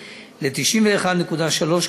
ל-91.3%,